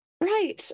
right